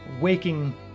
waking